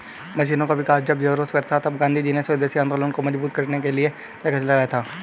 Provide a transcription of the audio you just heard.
मशीनों का विकास जब जोरों पर था तब गाँधीजी ने स्वदेशी आंदोलन को मजबूत करने के लिए चरखा चलाया था